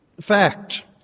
Fact